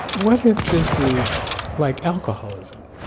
what if this is like alcoholism?